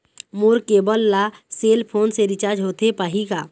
मोर cable ला cell phone से recharge होथे पाही का?